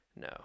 No